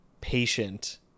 patient